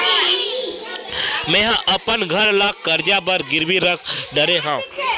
मेहा अपन घर ला कर्जा बर गिरवी रख डरे हव